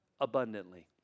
abundantly